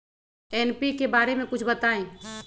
NPK बारे म कुछ बताई?